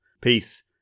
Peace